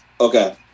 okay